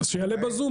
שיעלה בזום,